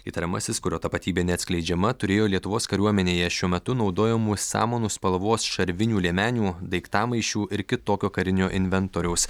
įtariamasis kurio tapatybė neatskleidžiama turėjo lietuvos kariuomenėje šiuo metu naudojamų samanų spalvos šarvinių liemenių daiktamaišių ir kitokio karinio inventoriaus